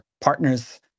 partners